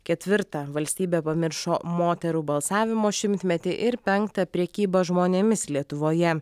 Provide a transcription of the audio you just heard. ketvirta valstybė pamiršo moterų balsavimo šimtmetį ir penktą prekyba žmonėmis lietuvoje